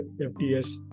FTS